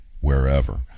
wherever